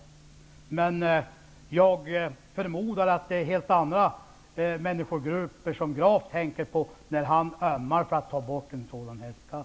Jag förmodar dock att Carl Fredrik Graf tänker på helt andra människogrupper än vad jag gör när han ömmar för att man skall ta bort en sådan här skatt.